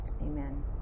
amen